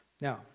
Now